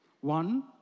One